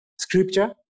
scripture